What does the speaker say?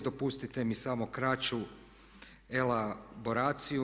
Dopustite mi samo kraću elaboraciju.